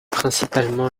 principalement